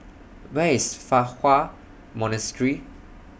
Where IS Fa Hua Monastery